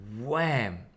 wham